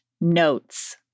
notes